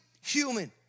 human